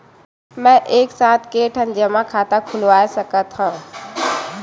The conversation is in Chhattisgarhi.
मैं एक साथ के ठन जमा खाता खुलवाय सकथव?